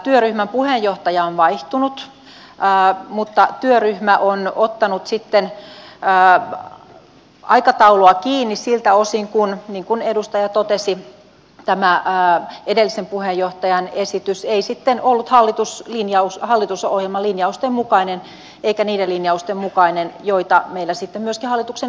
työryhmän puheenjohtaja on vaihtunut mutta työryhmä on ottanut sitten aikataulua kiinni siltä osin kuin niin kuin edustaja totesi tämän edellisen puheenjohtajan esitys ei sitten ollut hallitusohjelmalinjausten mukainen eikä niiden linjausten mukainen joita meillä sitten myöskin hallituksen iltakoulussa oli määritelty